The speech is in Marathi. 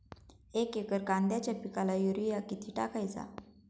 एक एकर कांद्याच्या पिकाला युरिया किती टाकायचा?